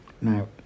now